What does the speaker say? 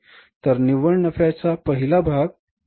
तर निव्वळ नफ्याचा पहिला भाग म्हणजे gross profit होय